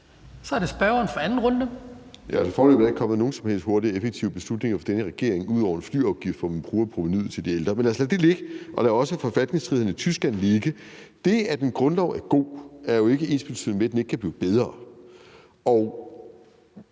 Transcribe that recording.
korte bemærkning. Kl. 14:50 Martin Lidegaard (RV): Foreløbig er der ikke kommet nogen som helst hurtige og effektive beslutninger fra den her regering ud over en flyafgift, hvis provenu man bruger til de ældre. Men lad os lade det ligge, og lad også forfatningsstridighederne iTyskland ligge. Det, at en grundlov er god, er jo ikke ensbetydende med, at den ikke kan blive bedre. Jeg